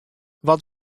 wat